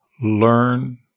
learn